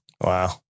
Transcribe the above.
Wow